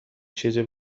چیزی